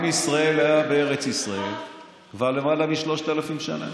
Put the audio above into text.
עם ישראל היום בארץ ישראל כבר למעלה מ-3,000 שנה.